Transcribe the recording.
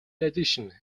addition